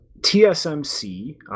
TSMC